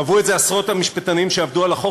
קבעו את זה עשרות המשפטנים שעבדו על החוק,